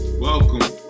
Welcome